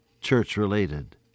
church-related